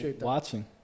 watching